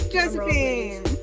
Josephine